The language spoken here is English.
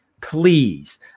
Please